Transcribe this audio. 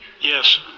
Yes